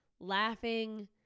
laughing